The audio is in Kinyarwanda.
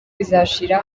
bizashira